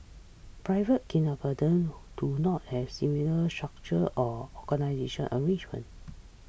private kindergartens do not have similar structural or organisational arrangements